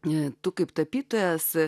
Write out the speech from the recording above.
ne tu kaip tapytojas